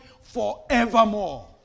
forevermore